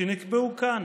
שנקבעו כאן